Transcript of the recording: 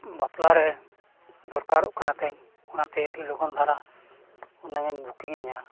ᱵᱟᱯᱞᱟ ᱨᱮ ᱫᱚᱨᱠᱟᱨᱚᱜ ᱠᱟᱱᱟᱛᱤᱧ ᱚᱱᱟᱛᱮ ᱟᱹᱰᱤ ᱞᱚᱜᱚᱱ ᱫᱷᱟᱨᱟ ᱩᱱᱟᱹᱝ ᱮᱢ ᱤᱧᱟ